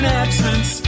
absence